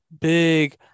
big